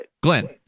Glenn